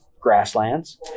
grasslands